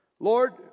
Lord